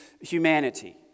humanity